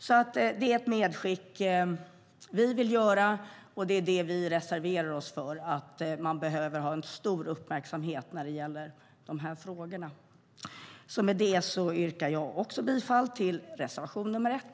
Det här är vårt medskick, och vi reserverar oss för att frågorna ska uppmärksammas. Med det yrkar också jag bifall till reservation nr 1.